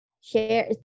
share